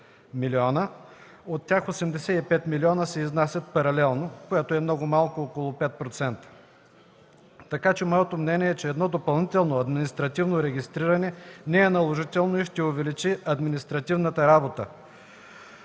от тях 85 милиона се изнасят паралелно, което е много малко – 5%. Моето мнение е, че едно допълнително административно регистриране не е наложително и ще увеличи административната работа.